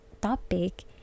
topic